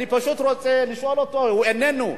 אני פשוט רוצה לשאול אותו, הוא איננו.